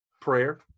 prayer